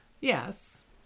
Yes